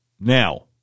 Now